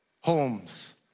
homes